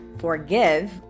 forgive